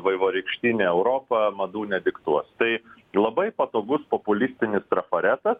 vaivorykštinė europa madų nediktuos tai labai patogus populistinis trafaretas